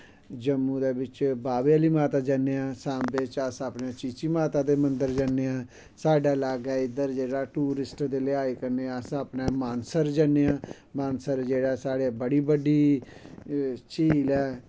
जम्मू दै बिच्च बाह्बे ओह्ली माता दे जन्ने आं सांबा च अस अपने चिची माता दा मन्दर जन्ने आं साढ़ै लाग्गै इध्दर टूरिस्ट दे लिहाज कन्नै अस अपने मानसर जन्ने आं मानसर जेह्ड़ा साढ़ी बड़ी बड्डी झील ऐ